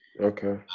Okay